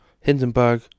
Hindenburg